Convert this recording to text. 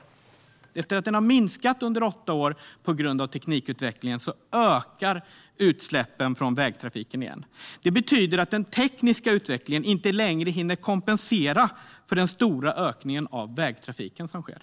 Efter att utsläppen från vägtrafiken har minskat under åtta år, tack vare teknikutvecklingen, ökar de nu igen. Det betyder att den tekniska utvecklingen inte längre hinner kompensera för den stora ökning av vägtrafiken som sker.